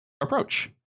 approach